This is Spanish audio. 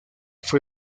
fue